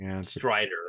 Strider